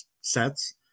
sets